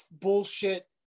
bullshit